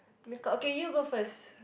make-up okay you go first